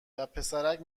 وپسرک